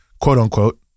quote-unquote